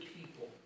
people